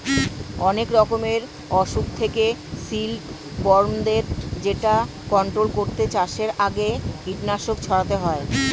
অনেক রকমের অসুখ থেকে সিল্ক বর্মদের যেটা কন্ট্রোল করতে চাষের আগে কীটনাশক ছড়াতে হয়